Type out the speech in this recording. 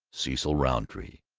cecil rountree.